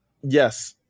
Yes